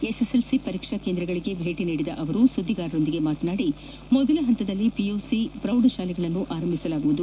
SSLC ಪರೀಕ್ಷಾ ಕೇಂದ್ರಗಳಿಗೆ ಭೇಟ ನೀಡಿದ ಅವರು ಸುದ್ದಿಗಾರರೊಂದಿಗೆ ಮಾತನಾಡಿ ಮೊದಲ ಹಂತದಲ್ಲಿ ಪಿಯುಸಿ ಪ್ರೌಢಶಾಲೆಗಳನ್ನು ಆರಂಭಿಸಲಾಗುವುದು